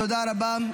תודה רבה.